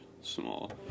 small